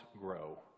grow